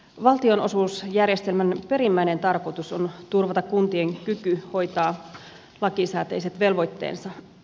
valtionosuusjärjestelmän perimmäinen tarkoitus on turvata kuntien kyky hoitaa lakisääteiset velvoitteensa